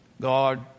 God